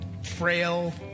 Frail